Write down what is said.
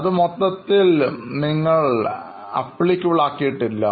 അതു മൊത്തത്തിൽ പ്രാവർത്തികമാക്കിയിട്ടില്ല